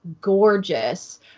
gorgeous